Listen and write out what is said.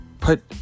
put